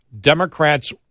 Democrats